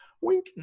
wink